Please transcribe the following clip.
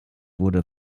wurde